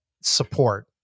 support